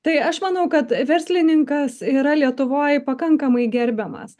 tai aš manau kad verslininkas yra lietuvoj pakankamai gerbiamas